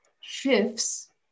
shifts